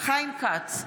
חיים כץ,